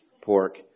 pork